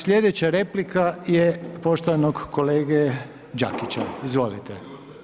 Sljedeća replika je poštovanog kolege Đakića, izvolite.